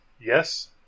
Yes